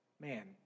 man